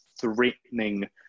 threatening